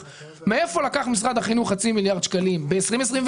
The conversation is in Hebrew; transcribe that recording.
מאיפה לקח משרד החינוך חצי מיליארד שקלים ב-2021,